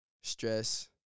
stress